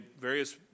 various